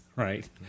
Right